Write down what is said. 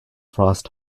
frost